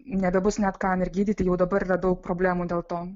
nebebus net kam ir gydyti jau dabar yra daug problemų dėl to